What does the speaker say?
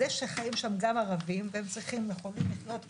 זה שחיים שם גם ערבים והם צריכים ויכולים לחיות בכבוד,